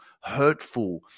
hurtful